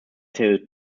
tailed